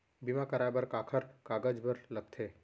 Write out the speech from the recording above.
बीमा कराय बर काखर कागज बर लगथे?